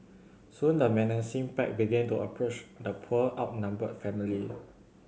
soon the menacing pack began to approach the poor outnumbered family